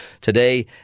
Today